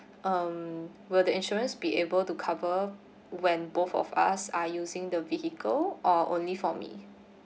um will the insurance be able to cover when both of us are using the vehicle or only for me